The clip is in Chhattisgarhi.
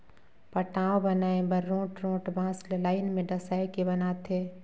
पटांव बनाए बर रोंठ रोंठ बांस ल लाइन में डसाए के बनाथे